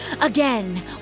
again